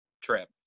trip